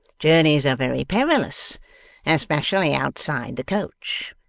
journeys are very perilous especially outside the coach.